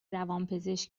روانپزشک